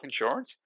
insurance